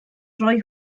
rhoi